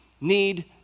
need